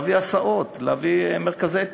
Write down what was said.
להביא הסעות, להביא מרכזי תעסוקה,